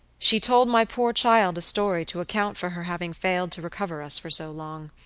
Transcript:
she told my poor child a story to account for her having failed to recover us for so long.